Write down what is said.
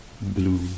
blue